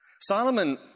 Solomon